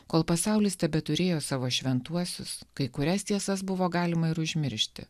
kol pasaulis tebeturėjo savo šventuosius kai kurias tiesas buvo galima ir užmiršti